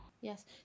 yes